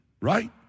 right